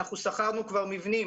אנחנו שכרנו כבר מבנים